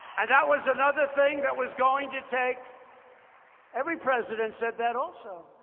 and that was another thing that was going to take every president said that also,